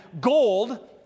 gold